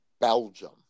Belgium